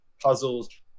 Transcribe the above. puzzles